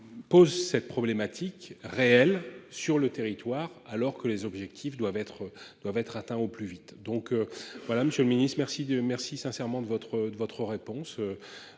de cette problématique réelle sur le territoire, alors que les objectifs doivent être atteints au plus vite. Je vous remercie sincèrement de votre réponse,